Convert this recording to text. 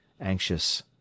anxious